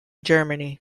germany